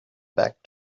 back